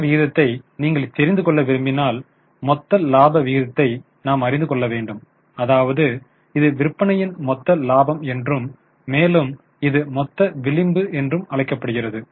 மொத்த விகிதத்தை நீங்கள் தெரிந்து கொள்ள விரும்பினால் மொத்த இலாப விகிதத்தை நாம் அறிந்து கொள்ள வேண்டும் அதாவது இது விற்பனையின் மொத்த லாபம் என்றும் மேலும் இது மொத்த விளிம்பு என்றும் அழைக்கப்படுகிறது